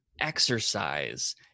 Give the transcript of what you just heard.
exercise